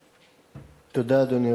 חוקה, חוק